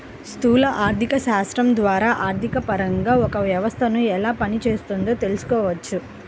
స్థూల ఆర్థికశాస్త్రం ద్వారా ఆర్థికపరంగా ఒక వ్యవస్థను ఎలా పనిచేస్తోందో తెలుసుకోవచ్చు